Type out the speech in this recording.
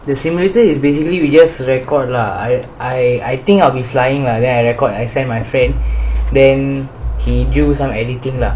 the simulator is basically we just record lah I I I think I will be flying lah then I record I send my friend then he do some editing lah